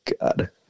God